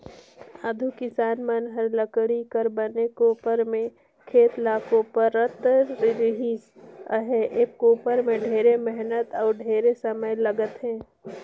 आघु किसान मन हर लकरी कर बने कोपर में खेत ल कोपरत रिहिस अहे, ए कोपर में ढेरे मेहनत अउ ढेरे समे लगथे